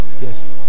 Yes